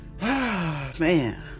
Man